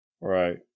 Right